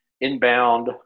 inbound